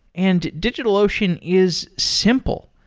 and digitalocean is simple.